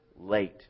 late